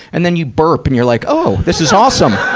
and then you burp, and you're like, oh! this is awesome!